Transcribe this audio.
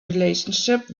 relationship